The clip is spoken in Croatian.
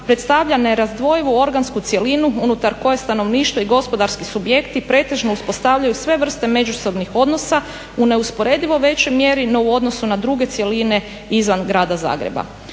predstavlja nerazdvojivu organsku cjelinu unutar koje stanovništvo i gospodarski subjekti pretežno uspostavljaju sve vrste međusobnih odnosa u neusporedivo većoj mjeri no u odnosu na druge cjeline izvan Grada Zagreba.